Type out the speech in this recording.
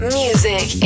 music